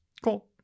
Cool